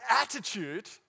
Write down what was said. attitude